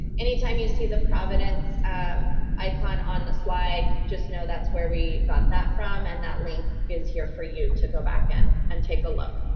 anytime you see the providence icon on the slide, just know that's where we got that from, and that link is here for you to go back in and take a look.